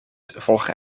volgen